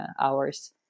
hours